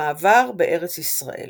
המעבר בארץ ישראל